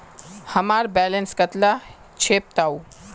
हमार बैलेंस कतला छेबताउ?